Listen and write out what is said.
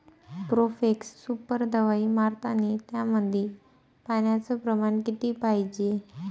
Profex super दवाई मारतानी त्यामंदी पान्याचं प्रमाण किती पायजे?